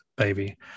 Baby